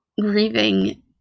grieving